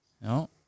No